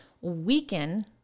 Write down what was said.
weaken